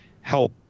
help